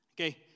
Okay